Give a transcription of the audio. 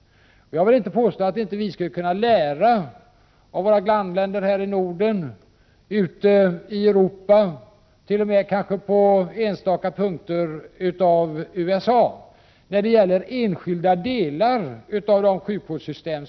Jag vill inte påstå att vi i Sverige inte skulle kunna lära av våra grannländer i Norden, av Europa och t.o.m. på enstaka punkter av USA när det gäller enskilda delar av sjukvårdssystemet.